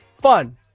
fun